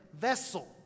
vessel